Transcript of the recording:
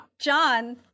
John